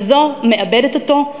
וזו מאבדת אותו,